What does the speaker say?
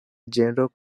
ĝenro